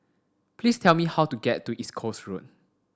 please tell me how to get to East Coast Road